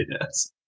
yes